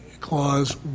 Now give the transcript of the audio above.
clause